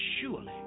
surely